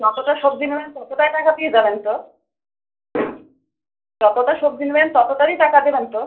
যতটা সবজি নেবেন ততটাই টাকা দিয়ে যাবেন তো যতটা সবজি নেবেন ততটারই টাকা দেবেন তো